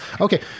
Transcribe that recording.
Okay